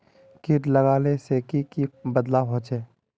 किट लगाले से की की बदलाव होचए?